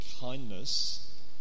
kindness